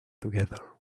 together